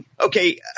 Okay